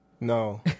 No